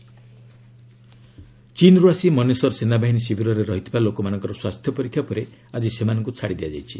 corona Manesar ଚୀନ୍ରୁ ଆସି ମନେସର ସେନାବାହିନୀ ଶିବିରରେ ରହିଥିବା ଲୋକମାନଙ୍କର ସ୍ୱାସ୍ଥ୍ୟ ପରୀକ୍ଷା ପରେ ଆଜି ସେମାନଙ୍କୁ ଛାଡ଼ିଦିଆଯାଇଛି